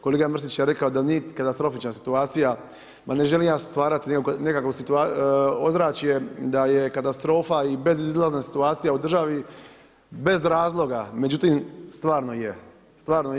Kolega Mrsić je rekao da nije katastrofična situacija, ma ne želim ja stvarati neko ozračje da je katastrofa i bezizlazna situacija u državi bez razloga, međutim stvarno je, stvarno je.